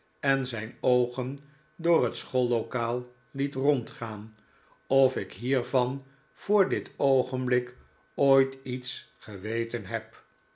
en zijn oogen door het schoollokaal met rondgaan of ik hiervan voor dit oogenblik ooit iets geweten heb